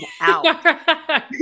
out